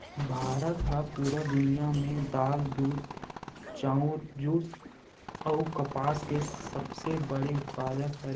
भारत हा पूरा दुनिया में दाल, दूध, चाउर, जुट अउ कपास के सबसे बड़े उत्पादक हरे